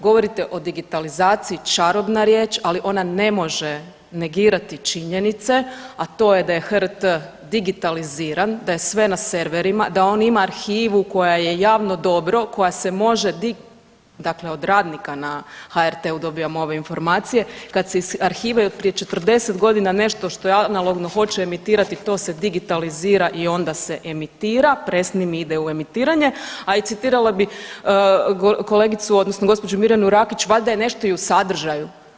Govorite o digitalizaciji, čarobna riječ, ali ona ne može negirati činjenice, a to je da je HRT digitaliziran, da je sve na serverima, da on ima arhivu koja je javno dobro, koja se može, dakle od radnika na HRT-u dobivam ove informacije, kad se arhiva i od prije 40 godina, nešto što je analogno hoće emitirati, to se digitalizira i onda se emitira, presnimi i ide u emitiranje, a i citirali bi kolegicu, odnosno gospođu Mirjanu Rakić, valjda je nešto i u sadržaju.